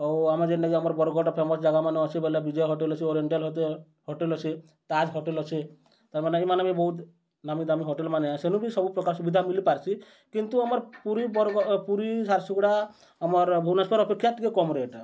ଆଉ ଆମେ ଯେନ୍ଟାକି ଆମର୍ ବର୍ଗଡ଼୍ର ଫେମସ୍ ଜାଗାମାନେ ଅଛେ ବୋଏଲେ ବିଜୟ ହୋଟେଲ୍ ଅଛେ ଓରିଏଣ୍ଟାଲ୍ ହୋଟେଲ୍ ଅଛେ ତାଜ୍ ହୋଟେଲ୍ ଅଛେ ତାର୍ମାନେ ଇମାନେ ବି ବହୁତ୍ ନାମୀ ଦାମୀ ହୋଟେଲ୍ମାନେ ଏ ସେନୁ ବି ସବୁପ୍ରକାର୍ ସୁବିଧା ମିଲିପାର୍ସି କିନ୍ତୁ ଆମର୍ ପୁରୀ ପୁରୀ ଝାରସୁଗୁଡା ଆମର୍ ଭୁବନେଶ୍ୱର୍ ଅପେକ୍ଷା ଟିକେ କମ୍ ରେଟ୍ ଏ